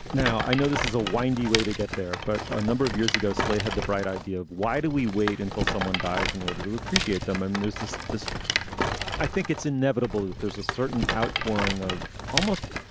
now, i know this is a windy way to get there. but a number of years ago, slate had the bright idea of why do we wait until someone dies in order to appreciate them? um there's this. i think it's inevitable that there's a certain outpouring of almost.